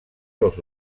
los